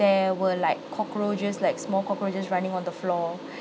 there were like cockroaches like small cockroaches running on the floor